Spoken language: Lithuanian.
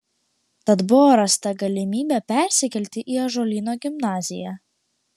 tad buvo rasta galimybė persikelti į ąžuolyno gimnaziją